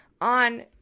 on